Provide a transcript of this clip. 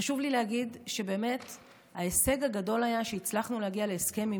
חשוב לי להגיד שההישג הגדול היה שהצלחנו להגיע להסכם עם